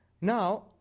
Now